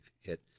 hit